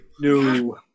no